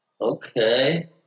okay